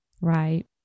Right